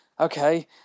Okay